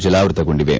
ಜಲಾವೃತಗೊಂಡಿವೆ